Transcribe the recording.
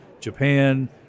Japan